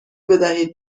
بدهید